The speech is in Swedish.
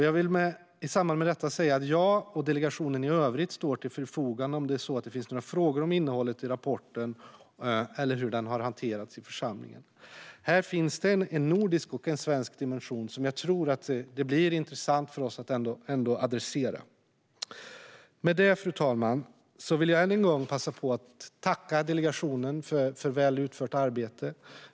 Jag vill i samband med detta säga att jag och delegationen i övrigt står till förfogande om det är så att det finns frågor om innehållet i rapporten eller hur den hanteras i församlingen. Här finns en nordisk och en svensk dimension som är intressant för oss att adressera. Fru talman! Jag vill än en gång tacka delegationen för väl utfört arbete.